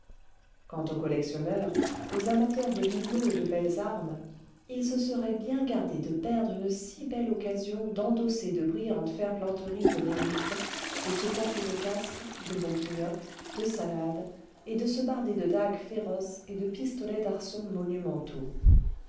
quant aux collectionneurs aux amateurs cle bibelots et de belles armes ils se seraient bien gardés de perdre une si belle occasion d'endosser de brillantes ferblanteries cle reîtres de se coiffer cle casques de bourguignottes de salades et de se barder de dagues féroces et'de pistolets d'arçon monumentaux